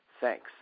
Thanks